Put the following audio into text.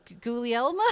Gulielma